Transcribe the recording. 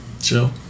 Chill